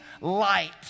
light